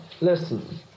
Listen